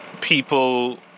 people